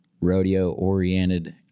rodeo-oriented